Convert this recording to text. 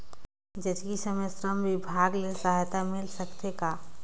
जचकी समय श्रम विभाग ले सहायता मिल सकथे का?